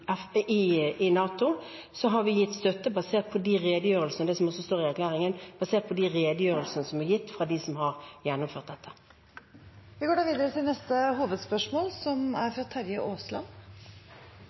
NATO, har vi gitt støtte basert på redegjørelsene, og også det som står i erklæringen, basert på de redegjørelsene som er gitt fra dem som har gjennomført dette. Vi går videre til neste hovedspørsmål.